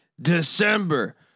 December